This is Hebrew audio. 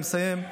אני מסיים,